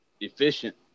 efficient